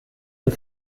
und